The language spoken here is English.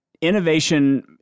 innovation